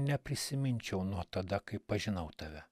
neprisiminčiau nuo tada kai pažinau tave